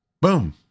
boom